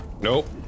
Nope